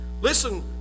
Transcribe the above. Listen